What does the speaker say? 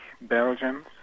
Belgians